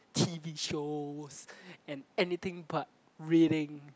T_V shows and anything but reading